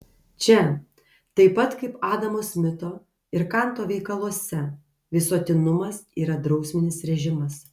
čia taip pat kaip adamo smito ir kanto veikaluose visuotinumas yra drausminis režimas